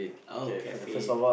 oh cafe